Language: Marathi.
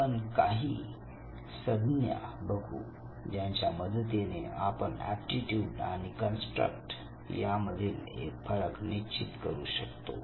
आपण काही संज्ञा बघू ज्याच्या मदतीने आपण एप्टीट्यूड आणि कन्स्ट्रक्ट यांमधील फरक निश्चित करू शकतो